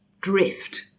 drift